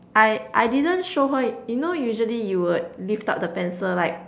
I I didn't show her you know usually you would lift up the pencil like